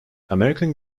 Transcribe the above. american